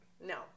No